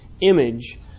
image